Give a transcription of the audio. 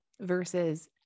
versus